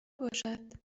باشد